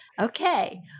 Okay